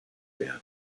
werden